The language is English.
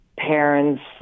parents